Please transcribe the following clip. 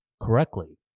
correctly